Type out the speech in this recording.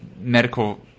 medical